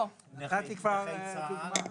אמרת שמי שמרכז חייו בישראל.